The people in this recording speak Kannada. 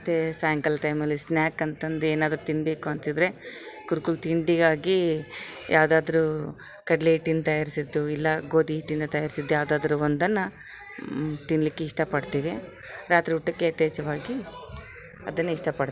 ಮತ್ತು ಸಾಯಂಕಾಲ ಟೈಮಲ್ಲಿ ಸ್ನ್ಯಾಕ್ ಅಂಥದೇನಾದ್ರು ತಿನ್ನಬೇಕು ಅನಿಸಿದ್ರೆ ಕುರ್ಕುರು ತಿಂಡಿಯಾಗಿ ಯಾವುದಾದ್ರೂ ಕಡಲೆ ಹಿಟ್ಟಿನ ತಯಾರಿಸಿದ್ದು ಇಲ್ಲ ಗೋಧಿ ಹಿಟ್ಟಿನಿಂದ ತಯಾರಿಸಿದ್ದು ಯಾವುದಾದ್ರು ಒಂದನ್ನು ತಿನ್ನಲಿಕ್ಕೆ ಇಷ್ಟಪಡ್ತಿವಿ ರಾತ್ರಿ ಊಟಕ್ಕೆ ಯಥೇಚ್ಛವಾಗಿ ಅದನ್ನೆ ಇಷ್ಟಪಡ್ತಿವಿ